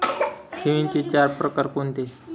ठेवींचे चार प्रकार कोणते?